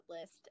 list